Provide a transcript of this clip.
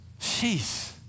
Jeez